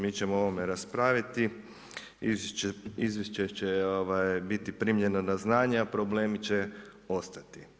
Mi ćemo o ovome raspraviti, izvješće će biti primljeno na znanje, a problemi će ostati.